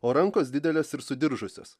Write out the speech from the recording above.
o rankos didelės ir sudiržusios